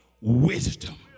wisdom